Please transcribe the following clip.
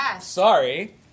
sorry